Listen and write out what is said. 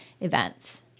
events